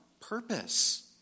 purpose